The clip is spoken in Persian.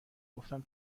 گفتم